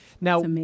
Now